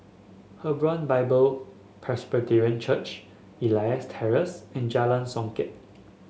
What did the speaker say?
Hebron Bible Presbyterian Church Elias Terrace and Jalan Songket